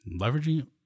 leveraging